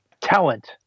talent